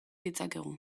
ditzakegu